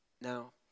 Now